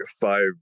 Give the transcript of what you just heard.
five